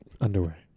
Underwear